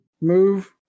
Move